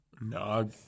No